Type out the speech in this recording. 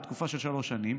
לתקופה של שלוש שנים,